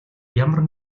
ямар